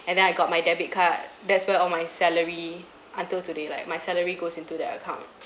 and then I got my debit card that's where all my salary until today like my salary goes into that account